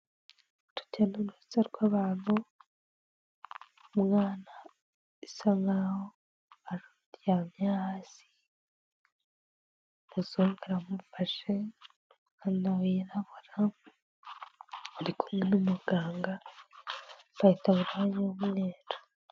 Urujya n'uruza rw'abantu, umwana bisa nkaho araryamye hasi, umuzungu aramufashe, nawe yirabura, ari kumwe n'umuganga yambaye itaburiya y'umweru.